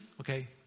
okay